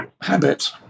habit